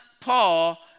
Paul